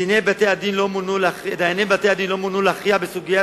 דייני בתי-הדין לא מונו להכריע בסוגיות